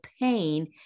pain